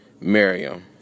Miriam